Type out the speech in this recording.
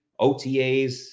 OTAs